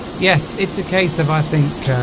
yes it's a case of i think